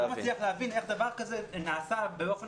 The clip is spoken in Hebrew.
אני לא מצליח להבין איך דבר כזה נעשה באופן